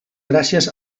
gràcies